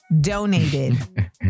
donated